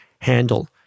handle